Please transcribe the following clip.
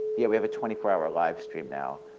yeah we have a twenty four hour live stream now,